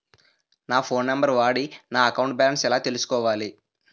నా phone number వాడి నా అకౌంట్ బాలన్స్ ఎలా తెలుసుకోవాలి?